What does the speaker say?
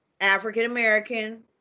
African-American